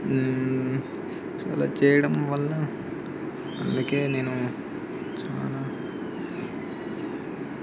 so అలా చేయడం వల్ల అందుకే నేను చాలా